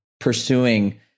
Pursuing